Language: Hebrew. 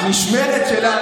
מה